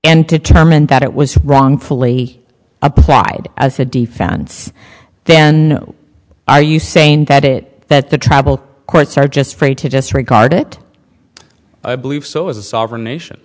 and determined that it was wrongfully applied as a defense then are you saying that it that the travel courts are just free to disregard it i believe so as a sovereign nation